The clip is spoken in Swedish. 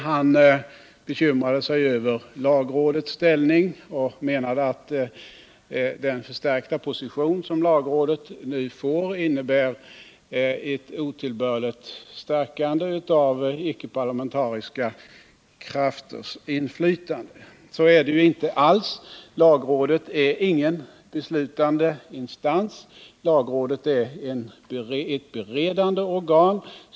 Han bekymrade sig över lagrådets ställning och menade att den förstärkta position som lagrådet nu får innebär ett otillbörligt stärkande av icke-parlamentariska krafters inflytande. Så är det inte alls. Lagrådet är ingen beslutande instans. Lagrådet är ett beredande organ.